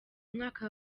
mwaka